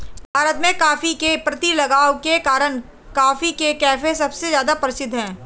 भारत में, कॉफ़ी के प्रति लगाव के कारण, कॉफी के कैफ़े सबसे ज्यादा प्रसिद्ध है